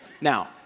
now